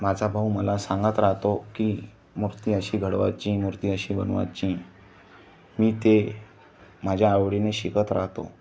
माझा भाऊ मला सांगत राहतो की मूर्ती अशी घडवायची मूर्ती अशी बनवायची मी ते माझ्या आवडीने शिकत राहतो